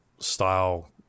style